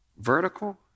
vertical